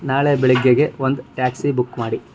ನಾಳೆ ಬೆಳಗ್ಗೆಗೆ ಒಂದು ಟ್ಯಾಕ್ಸಿ ಬುಕ್ ಮಾಡಿ